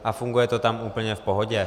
A funguje to tam úplně v pohodě.